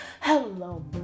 Hello